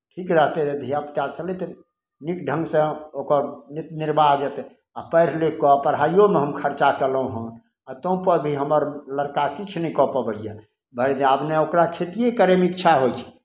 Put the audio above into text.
ठीक रहतै रहए धिया पुता छलै तऽ नीक ढङ्गसँ ओकर नित निर्बाह जयतै आ पढ़ि लिखि कऽ पढ़ाइओमे हम खर्चा कयलहुँ हँ आ ताहुपर भी हमर लड़का किछु नहि कऽ पबैए आब नहि ओकरा खेतिए करयके इच्छा होइ छै